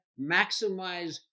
maximize